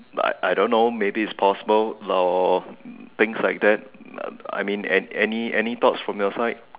but I I don't know maybe is possible or things like that I mean any any thoughts from your side